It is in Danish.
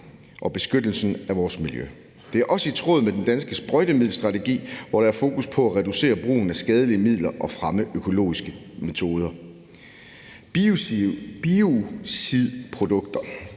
og beskyttelsen af vores miljø. Det er også i tråd med den danske sprøjtemiddelstrategi, hvor der er fokus på at reducere brugen af skadelige midler og at fremme økologiske metoder. Biocidprodukter,